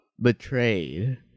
betrayed